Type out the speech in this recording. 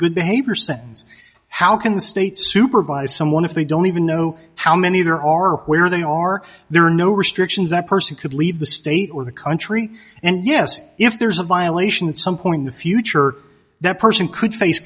sentence how can the state supervise someone if they don't even know how many there are or where they are there are no restrictions that person could leave the state or the country and yes if there's a violation at some point in the future that person could